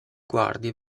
guardie